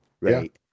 right